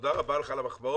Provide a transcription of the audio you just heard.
תודה רבה לך על המחמאות.